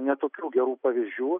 ne tokių gerų pavyzdžių